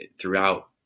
throughout